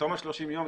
בתום ה-30 ימים,